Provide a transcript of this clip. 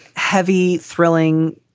heavy, thrilling,